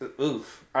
Oof